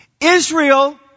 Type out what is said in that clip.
Israel